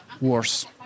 worse